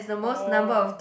oh